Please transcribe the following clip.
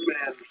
man